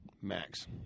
Max